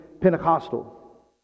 Pentecostal